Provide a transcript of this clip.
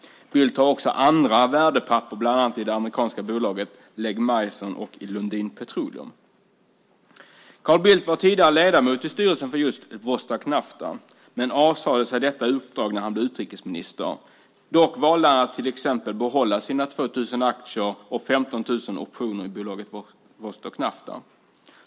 Bildt har också andra värdepapper, bland annat i det amerikanska bolaget Legg Mason och i Lundin Petroleum. Carl Bildt var tidigare ledamot i styrelsen för just Vostok Nafta men avsade sig detta uppdrag när han blev utrikesminister. Dock valde han att till exempel behålla sina 2 000 aktier och 15 000 optioner i bolaget Vostok Nafta.